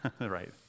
right